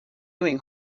doing